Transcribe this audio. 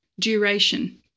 Duration